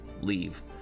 leave